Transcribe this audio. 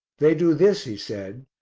they do this, he said,